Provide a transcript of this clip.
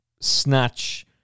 snatch